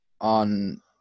on